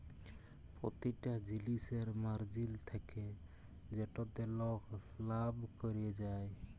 পতিটা জিলিসের মার্জিল থ্যাকে যেটতে লক লাভ ক্যরে যায়